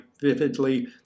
vividly